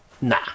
nah